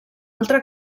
altra